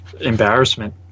embarrassment